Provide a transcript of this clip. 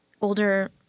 older